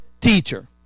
teacher